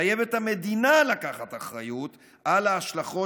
חייבת המדינה לקחת אחריות על ההשלכות